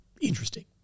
interesting